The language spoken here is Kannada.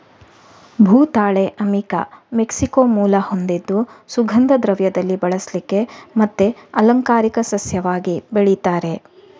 ಭೂತಾಳೆ ಅಮಿಕಾ ಮೆಕ್ಸಿಕೋ ಮೂಲ ಹೊಂದಿದ್ದು ಸುಗಂಧ ದ್ರವ್ಯದಲ್ಲಿ ಬಳಸ್ಲಿಕ್ಕೆ ಮತ್ತೆ ಅಲಂಕಾರಿಕ ಸಸ್ಯವಾಗಿ ಬೆಳೀತಾರೆ